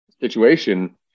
situation